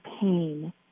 pain